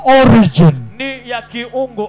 origin